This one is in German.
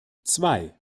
zwei